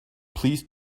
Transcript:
please